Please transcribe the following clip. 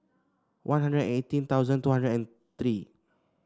One Hundred and eighteen two hundred and three